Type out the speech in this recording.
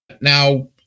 Now